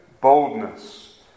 boldness